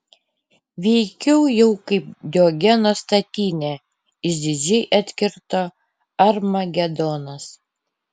veikiau jau kaip diogeno statinė išdidžiai atkirto armagedonas